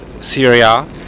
Syria